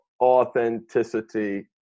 authenticity